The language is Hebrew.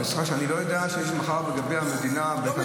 לא ידעתי שיש משחק כדורגל.